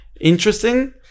interesting